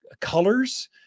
colors